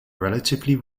relatively